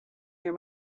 near